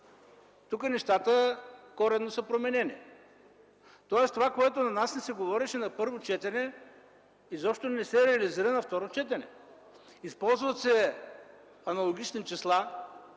Тук нещата коренно са променени. Тоест това, което на нас ни се говореше на първо четене, изобщо не се реализира на второ четене. Използват се аналогични числа,